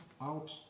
out